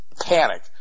panic